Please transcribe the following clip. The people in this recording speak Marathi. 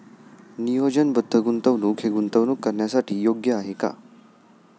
नियोजनबद्ध गुंतवणूक हे गुंतवणूक करण्यासाठी योग्य आहे का?